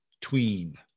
tween